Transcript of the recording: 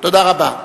תודה רבה.